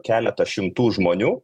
keletas šimtų žmonių